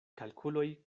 kalkuloj